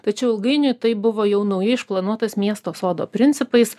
tačiau ilgainiui tai buvo jau naujai išplanuotas miesto sodo principais